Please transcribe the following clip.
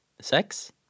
Sex